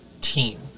team